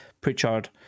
Pritchard